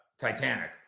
Titanic